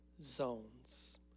zones